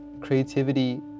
creativity